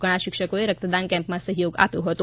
ઘણા શિક્ષકોએ રક્તદાન કેમ્પમાં સહયોગ આપ્યો હતો